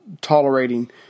tolerating